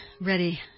ready